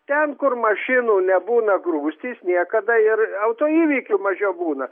ten kur mašinų nebūna grūstys niekada ir autoįvykių mažiau būna